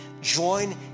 join